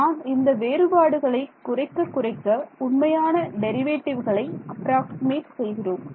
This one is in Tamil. நான் இந்த வேறுபாடுகளை குறைக்க குறைக்க உண்மையான டெரிவேட்டிவ்களை அப்ராக்ஸிமட் செய்கிறோம்